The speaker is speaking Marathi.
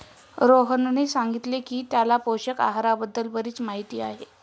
रोहनने सांगितले की त्याला पोषक आहाराबद्दल बरीच माहिती आहे